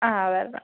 അതെ വരണം